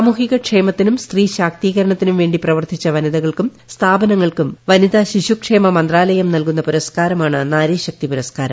സാമൂഹികക്ഷേമത്തിനും സ്ത്രീശാക്തീകരണത്തിനും വേണ്ടി പ്രവർത്തിച്ച വനിതകൾക്കും സ്ഥാപനങ്ങൾക്കും വനിത ശിശുക്ഷേമ മന്ത്രാലയം നൽകുന്ന പുരസ്കാരമാണ് നാരിശക്തി പുരസ്കാരം